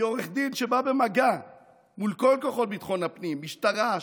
כעורך דין שבא במגע מול כל כוחות ביטחון הפנים: משטרה,